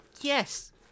yes